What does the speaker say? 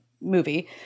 movie